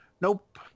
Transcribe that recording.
nope